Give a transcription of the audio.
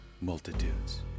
multitudes